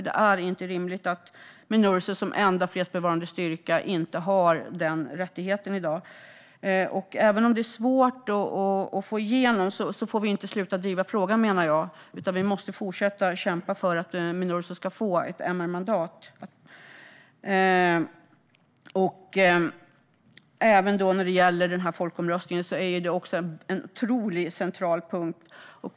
Det är inte rimligt att Minurso som enda fredsbevarande styrka inte har den rättigheten. Även om det är svårt att få igenom det får vi inte sluta driva frågan, menar jag, utan vi måste fortsätta kämpa för att Minurso ska få ett MR-mandat. Folkomröstningen är också en otroligt central punkt.